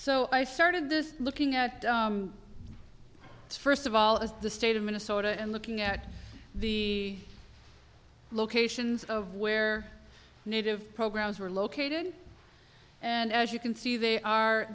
so i started this looking at first of all as the state of minnesota and looking at the locations of where native programs are located and as you can see they are